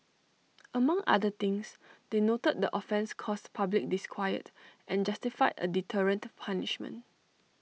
among other things they noted the offence caused public disquiet and justified A deterrent punishment